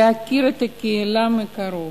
להכיר את הקהילה מקרוב,